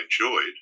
enjoyed